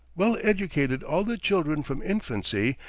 well educated all the children from infancy,